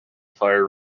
fire